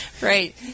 Right